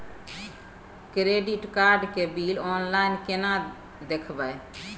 Credit card के bill online केना देखबय?